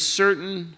certain